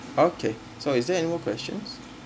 okay so is there any more questions